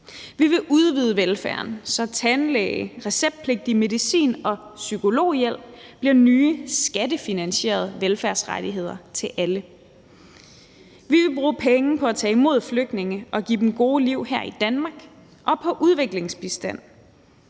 Vi vil udvide velfærden, så tandlæge, receptpligtig medicin og psykologhjælp bliver nye skattefinansierede velfærdsrettigheder til alle. Vi vil bruge penge på at tage imod flygtninge og give dem gode liv her i Danmark – og på udviklingsbistand,